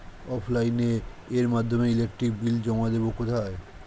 অফলাইনে এর মাধ্যমে ইলেকট্রিক বিল জমা দেবো কোথায়?